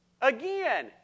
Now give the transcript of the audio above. Again